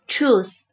Truth